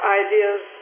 ideas